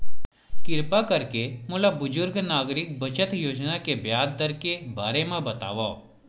किरपा करके मोला बुजुर्ग नागरिक बचत योजना के ब्याज दर के बारे मा बतावव